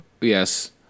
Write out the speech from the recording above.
Yes